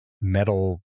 metal